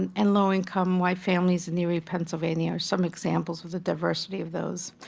and and locally-income white families in erie, pennsylvania are some examples of the diversity of those.